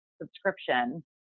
subscription